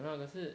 !hanna! 可是